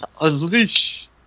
Unleash